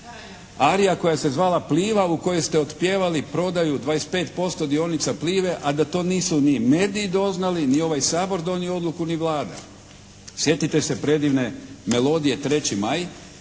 Arija koja se zvala "Pliva" u kojoj ste otpjevali prodaju 25% dionica "Plive", a da to nisu ni mediji doznali, ni ovaj Sabor donio odluku, ni Vlada. Sjetite se predivne melodije 3. maj